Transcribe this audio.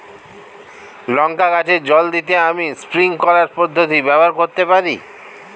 লঙ্কা গাছে জল দিতে আমি স্প্রিংকলার পদ্ধতি ব্যবহার করতে পারি?